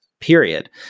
period